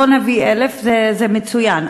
בוא נביא 1,000, זה מצוין.